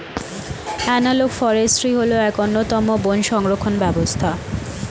analogue forestry হল এক অন্যতম বন সংরক্ষণ ব্যবস্থা